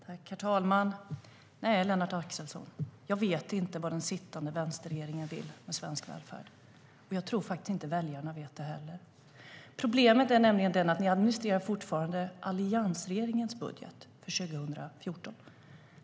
Herr talman! Nej, Lennart Axelsson, jag vet inte vad den sittande vänsterregeringen vill med svensk välfärd, och jag tror faktiskt inte att väljarna vet det heller. Problemet är nämligen att ni fortfarande administrerar alliansregeringens budget för 2014.